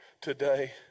today